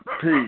Peace